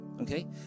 okay